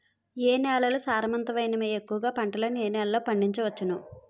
ఏ నేలలు సారవంతమైనవి? ఎక్కువ గా పంటలను ఏ నేలల్లో పండించ వచ్చు?